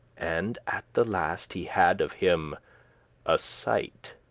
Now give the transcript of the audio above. and at the last he had of him a sight.